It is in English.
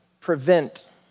prevent